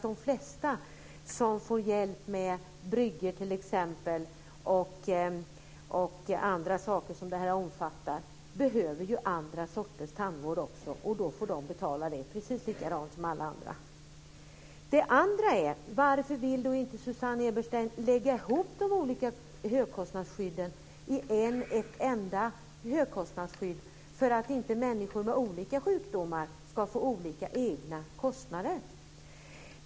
De flesta som får hjälp med t.ex. bryggor och andra saker som det här omfattar behöver andra sorters tandvård också. Då får de betala det på precis samma sätt som alla andra. Det andra är: Varför vill inte Susanne Eberstein lägga ihop de olika högkostnadsskydden i ett enda högkostnadsskydd så att inte människor med olika sjukdomar ska få olika egna kostnader?